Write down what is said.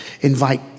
invite